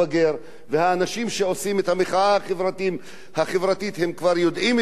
והאנשים שעושים את המחאה החברתית כבר יודעים את כל השקרים,